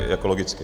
Jako logicky.